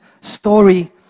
story